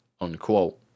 unquote